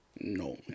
No